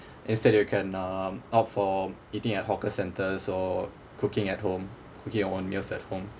instead you can um opt for eating at hawker centres or cooking at home cooking your own meals at home